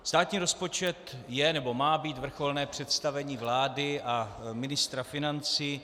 Státní rozpočet je nebo má být vrcholné představení vlády a ministra financí.